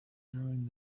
during